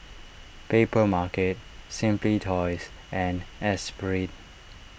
Papermarket Simply Toys and Esprit